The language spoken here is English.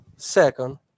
Second